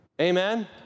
Amen